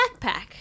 backpack